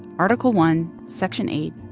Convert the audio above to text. article one, section eight,